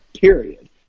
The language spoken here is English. period